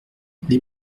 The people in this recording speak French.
les